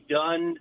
done